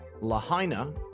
Lahaina